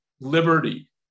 liberty